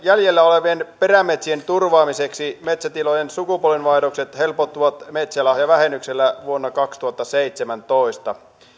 jäljellä olevien perämetsien turvaamiseksi metsätilojen sukupolvenvaihdokset helpottuvat metsälahjavähennyksellä vuonna kaksituhattaseitsemäntoista